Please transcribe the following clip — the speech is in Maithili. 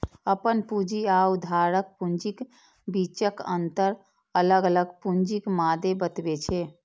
अपन पूंजी आ उधारक पूंजीक बीचक अंतर अलग अलग पूंजीक मादे बतबै छै